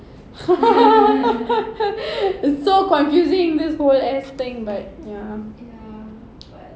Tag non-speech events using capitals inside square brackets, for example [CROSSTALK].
[LAUGHS] it's so confusing this whole ass thing but